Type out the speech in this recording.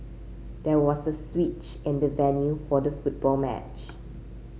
there was a switch in the venue for the football match